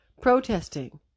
protesting